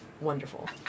Wonderful